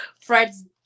Fred's